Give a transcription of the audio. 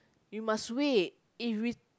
we must wait if we